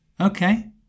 Okay